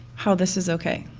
how this is okay.